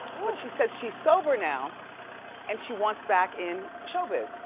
but she says she's sober now and she wants back in show biz.